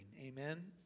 Amen